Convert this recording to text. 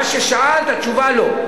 מה ששאלת, התשובה היא לא.